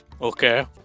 Okay